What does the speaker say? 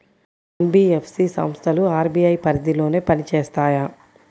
NBFC సంస్థలు RBI పరిధిలోనే పని చేస్తాయా?